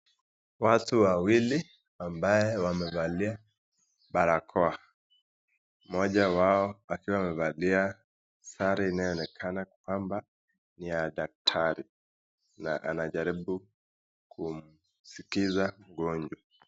Watu wawili ambao wamevalia barakoa mmoja wao akiwa amevalia sare inayoonekana kwamba ni ya daktari na anajaribu kumsikiza mgonjwa.